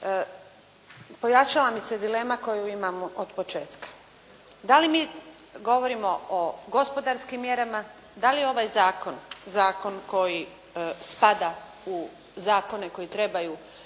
pojačava mi se dilema koju imam otpočetka. Da li mi govorimo o gospodarskim mjerama, da li je ova zakon, zakon koji spada u zakone koji trebaju